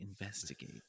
investigate